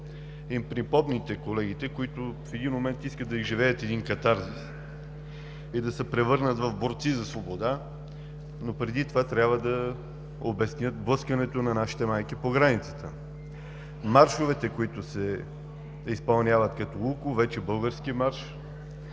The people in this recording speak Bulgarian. да припомните на колегите, които в един момент искат да изживеят катарзис и да се превърнат в борци за свобода, но преди това трябва да обяснят блъскането на нашите майки по границата, маршовете, които се изпълняват като Луков – вече български марш,